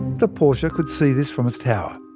the portia could see this from its tower.